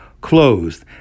closed